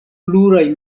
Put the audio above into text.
pluraj